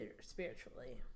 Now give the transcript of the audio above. spiritually